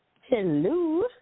Hello